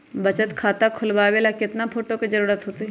बचत खाता खोलबाबे ला केतना फोटो के जरूरत होतई?